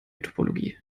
topologie